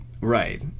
Right